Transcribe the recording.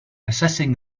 assessing